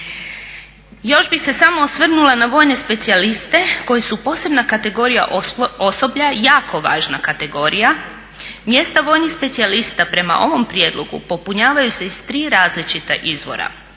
Još bi se samo osvrnula na vojne specijaliste koji su posebna kategorija osoblja jako važna kategorija, mjesta vojnih specijalista prema ovom prijedlogu popunjavaju se iz tri različita izvora